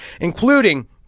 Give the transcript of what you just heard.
including